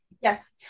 yes